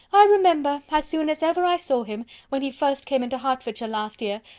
i remember, as soon as ever i saw him, when he first came into hertfordshire last year,